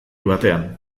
batean